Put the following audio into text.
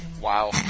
Wow